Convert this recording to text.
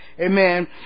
Amen